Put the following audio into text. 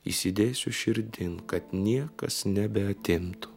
įsidėsiu širdin kad niekas nebeatimtų